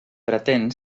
pretén